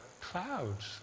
Clouds